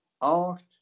art